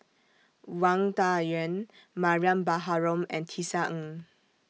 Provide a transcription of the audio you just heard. Wang Dayuan Mariam Baharom and Tisa Ng